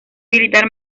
militar